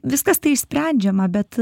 viskas tai išsprendžiama bet